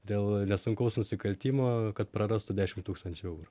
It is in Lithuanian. dėl nesunkaus nusikaltimo kad prarastų dešimt tūkstančių eurų